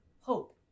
hope